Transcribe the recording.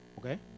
Okay